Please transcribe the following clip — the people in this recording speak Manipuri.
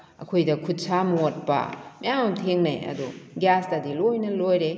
ꯑꯩꯈꯣꯏꯗ ꯈꯨꯠ ꯁꯥ ꯃꯣꯠꯄ ꯃꯌꯥꯝ ꯑꯃ ꯊꯦꯡꯅꯩ ꯑꯗꯣ ꯒ꯭ꯌꯥꯁꯇꯗꯤ ꯂꯣꯏꯅ ꯂꯣꯏꯔꯦ